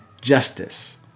justice